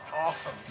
awesome